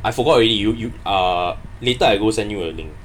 I forgot already you you uh later I go send you the link